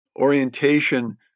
orientation